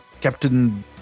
Captain